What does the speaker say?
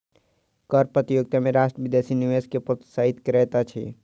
कर प्रतियोगिता में राष्ट्र विदेशी निवेश के प्रोत्साहित करैत अछि